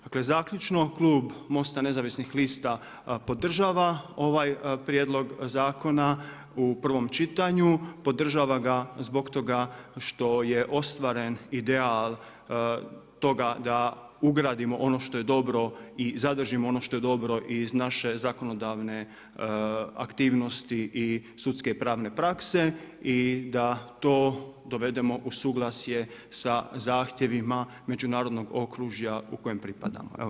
Dakle zaključno, klub MOST-a nezavisnih lista podržava ovaj prijedlog zakona u prvom čitanju, podržava ga zbog toga što je ostvaren ideal toga da ugradimo ono što je dobro i zadržimo ono što je dobro iz naše zakonodavne aktivnosti i sudske pravne prakse i da to dovedemo u suglasje sa zahtjevima međunarodnog okružja kojem pripadamo.